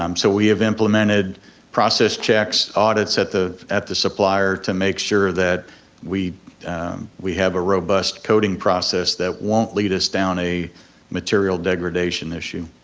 um so we have implemented process checks, audits at the at the supplier to make sure that we we have a robust coating process that won't lead us down a material degradation issue.